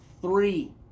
Three